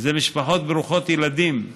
ואלה משפחות ברוכות ילדים,